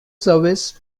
service